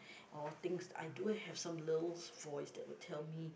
or things I do have some little voice that would tell me